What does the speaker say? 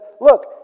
look